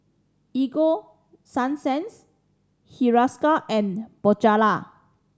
Ego Sunsense Hiruscar and Bonjela